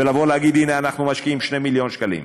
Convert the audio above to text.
לבוא להגיד: הנה אנחנו משקיעים 2 מיליון שקלים,